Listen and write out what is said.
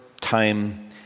time